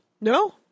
No